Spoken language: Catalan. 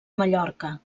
mallorca